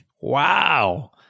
wow